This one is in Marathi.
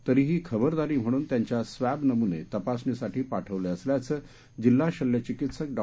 तरीही खबरदारी म्हणून त्यांच्या स्वॅब नमुने तपासणीसाठी पाठवले असल्याचं जिल्हा शल्य चिकित्सक डॉ